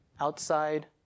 Outside